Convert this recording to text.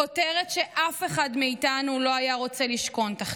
כותרת שאף אחד מאיתנו לא היה רוצה לשכון תחתיה.